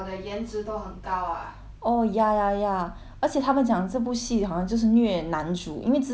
oh ya ya ya 而且他们讲这部戏好像就是虐男主因为之前什么三生三世 right